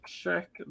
check